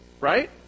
right